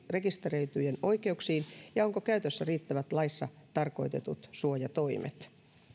rekisteröityjen oikeuksiin ja ovatko käytössä riittävät laissa tarkoitetut suojatoimet